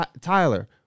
Tyler